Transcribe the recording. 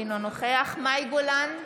אינו נוכח מאי גולן,